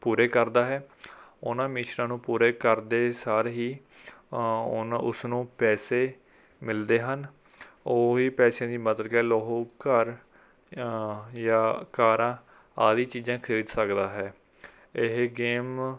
ਪੂਰੇ ਕਰਦਾ ਹੈ ਉਹਨਾਂ ਮਿਸ਼ਨਾਂ ਨੂੰ ਪੂਰੇ ਕਰਦੇ ਸਾਰ ਹੀ ਉਨ੍ਹਾਂ ਉਸ ਨੂੰ ਪੈਸੇ ਮਿਲਦੇ ਹਨ ਉਹ ਇਹ ਪੈਸਿਆਂ ਦੀ ਮਦਦ ਗੈਲ ਉਹ ਘਰ ਜਾਂ ਕਾਰਾਂ ਆਦਿ ਚੀਜ਼ਾਂ ਖਰੀਦ ਸਕਦਾ ਹੈ ਇਹ ਗੇਮ